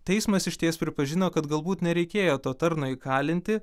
teismas išties pripažino kad galbūt nereikėjo to tarno įkalinti